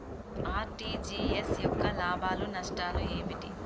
RTGS యొక్క లాభాలు నష్టాలు ఏమిటి?